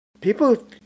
People